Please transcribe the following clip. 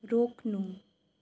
रोक्नु